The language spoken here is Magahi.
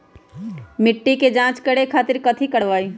मिट्टी के जाँच करे खातिर कैथी करवाई?